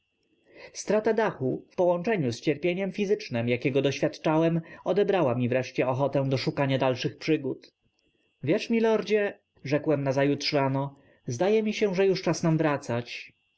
dachu w połączeniu z cierpieniem fizycznem jakiego doświadczałem odebrała mi wreszcie ochotę do szukania dalszych przygód wiesz milordzie rzekłem nazajutrz rano zdaje mi się że już czas nam wracać